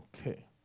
Okay